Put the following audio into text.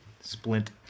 splint